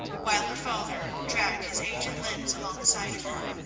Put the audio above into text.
while her father dragged his aged limbs alongside of her.